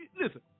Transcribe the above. listen